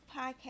podcast